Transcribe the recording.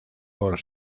por